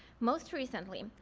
most recently,